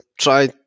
try